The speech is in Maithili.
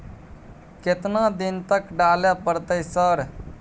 केतना दिन तक डालय परतै सर?